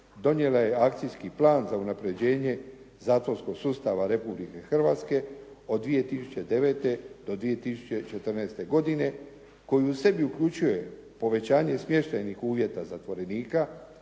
donijela je Akcijski plan za unapređenje zatvorskog sustava Republike Hrvatske od 2009. do 2014. godine koji u sebi uključuje povećanje smještajnih uvjeta zatvorenika,